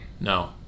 No